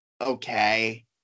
okay